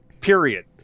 period